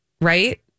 right